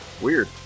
Weird